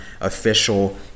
official